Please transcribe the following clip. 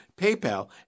PayPal